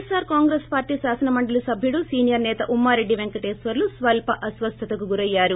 ఎస్పార్ Congress party కాసనమండలి సభ్యుడు senior నేత ఉమ్మారెడ్డి పెంకటేశ్వర్ణు స్వల్ప అస్వస్థతకు గురయ్యారు